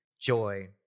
joy